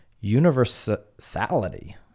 Universality